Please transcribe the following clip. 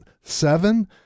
seven